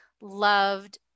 loved